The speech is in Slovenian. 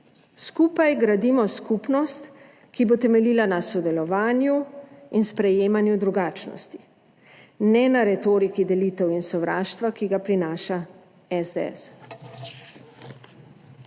Skupaj gradimo skupnost, ki bo temeljila na sodelovanju in sprejemanju drugačnosti in ne na retoriki delitev in sovraštva, ki ga prinaša SDS.